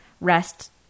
rest